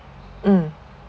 mm